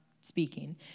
speaking